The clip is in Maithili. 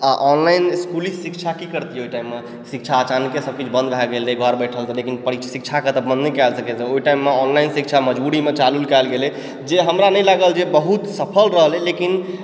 आ ऑनलाइन इस्कूली शिक्षा की करतियै ओइ टाइममे तऽ शिक्षा अचानके सभ किछु बन्द भए गेल रही घर बैठल लेकिन शिक्षाके तऽ बन्द नहि कयल जा सकयए ओहि टाइममे ऑनलाइन शिक्षा मजबूरीमे चालू कयल गेलय जे हमरा नहि लागल जे बहुत सफल रहलय लेकिन